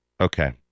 Okay